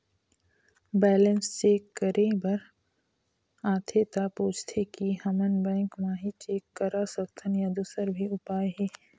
Balance check करे बर आथे ता पूछथें की हमन बैंक मा ही चेक करा सकथन या दुसर भी उपाय हे?